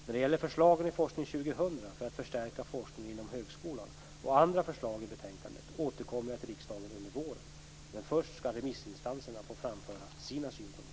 När det gäller förslagen i Forskning 2000 för att förstärka forskningen inom högskolan och andra förslag i betänkandet återkommer jag till riksdagen under våren. Men först skall remissinstanserna få framföra sina synpunkter.